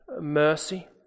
mercy